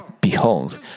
Behold